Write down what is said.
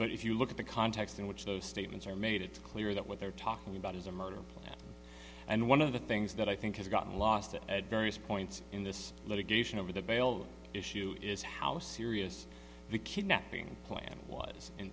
but if you look at the context in which those statements are made it's clear that what they're talking about is a murder plan and one of the things that i think has gotten lost it at various points in this litigation over the bail issue is how serious the kidnapping plan was in